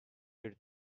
bir